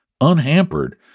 unhampered